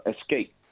escape